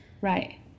Right